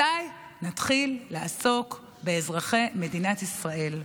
מתי נתחיל לעסוק באזרחי מדינת ישראל?